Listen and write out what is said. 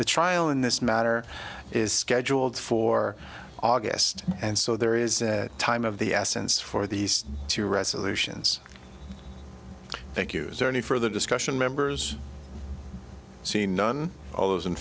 the trial in this matter is scheduled for august and so there is time of the essence for these two resolutions thank you is there any further discussion members see none of those in